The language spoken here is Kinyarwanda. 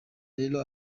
rero